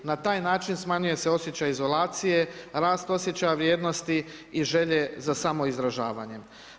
Na taj način smanjuje se osjećaj izolacije, rast osjećaja vrijednosti i želje za samoizražavanjem.